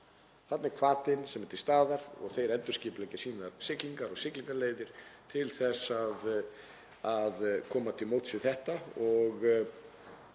er hvatinn sem er til staðar og þeir endurskipuleggja sínar siglingar og siglingaleiðir til að koma til móts við þetta